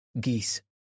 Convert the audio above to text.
geese